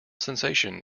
sensation